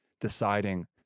deciding